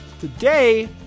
Today